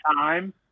time